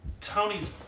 Tony's